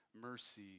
mercy